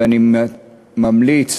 ואני ממליץ